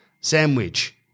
sandwich